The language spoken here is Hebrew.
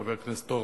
חבר הכנסת אורבך.